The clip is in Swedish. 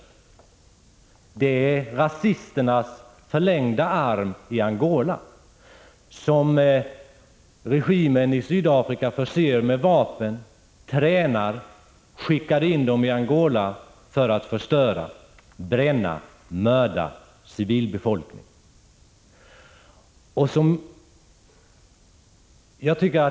UNITA är rasisternas förlängda arm i Angola, som regimen i Sydafrika förser med vapen, tränar och skickar in i Angola för att förstöra, bränna och mörda civilbefolkningen.